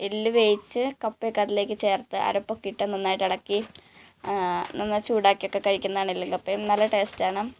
എല്ല് വേവിച്ച് കപ്പയൊക്കെ അതിലേക്ക് ചേർത്ത് അരപ്പൊക്കെ ഇട്ട് നാന്നായിട്ട് ഇളക്കി നന്നായി ചൂടാക്കിയൊക്കെ കഴിക്കുന്നതാണ് എല്ലും കപ്പയും നല്ല ടേസ്റ്റ് ആണ്